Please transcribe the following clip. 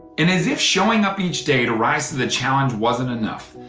and as if showing up each day to rise to the challenge wasn't enough,